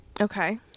okay